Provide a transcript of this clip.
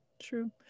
true